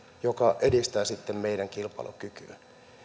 mikä edistää sitten meidän kilpailukykyä